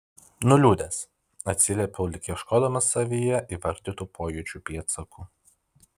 nuliūdęs atsiliepiau lyg ieškodamas savyje įvardytų pojūčių pėdsakų